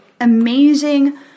amazing